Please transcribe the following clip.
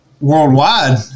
worldwide